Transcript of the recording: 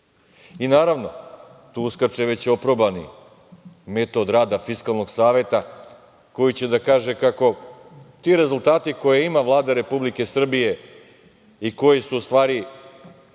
evra. Naravno, tu uskače već oprobani metod rada Fiskalnog saveta koji će da kaže kako ti rezultati koje ima Vlade Republike Srbije i koji su u stvari